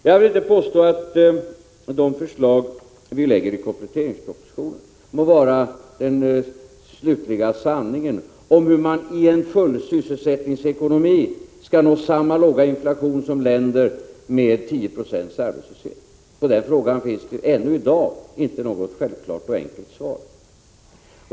Jag vill inte påstå att de förslag som vi lägger fram i kompletteringspropositionen skulle vara den slutliga sanningen om hur man i en fullsysselsättningsekonomi skall uppnå samma låga inflation som i länder med 10 972 arbetslöshet. På den frågan finns det ännu i dag inget självklart och enkelt svar.